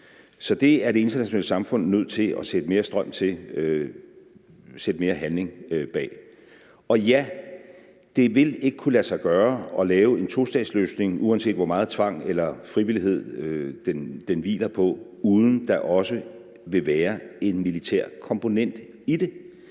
Så det er det internationale samfund nødt til at sætte mere strøm til og sætte mere handling bag. Og ja, det vil ikke kunne lade sig gøre at lave en tostatsløsning, uanset hvor meget tvang eller frivillighed den hviler på, uden at der også vil være en militær komponent i det,